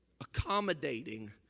accommodating